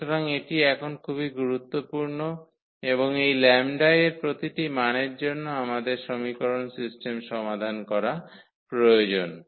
সুতরাং এটি এখন খুবই গুরুত্বপূর্ণ এবং এই 𝜆 এর প্রতিটি মানের জন্য আমাদের সমীকরণ সিস্টেম সমাধান করা প্রয়োজন